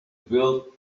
build